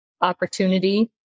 opportunity